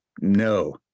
no